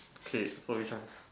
K so which one